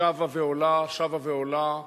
שבה ועולה, שבה ועולה,